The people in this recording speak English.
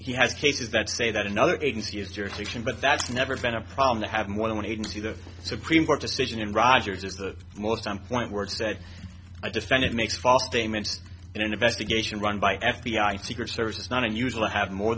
he has cases that say that another agency has jurisdiction but that's never been a problem to have more than one agency the supreme court decision in rogers is the most important word said i just find it makes false statements in an investigation run by f b i secret service it's not unusual to have more